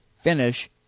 finish